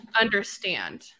understand